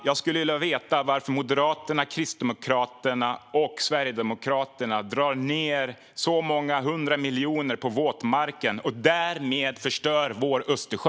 Jag skulle vilja veta varför Moderaterna, Kristdemokraterna och Sverigedemokraterna drar ned så många hundra miljoner på våtmarken och därmed förstör vår Östersjö.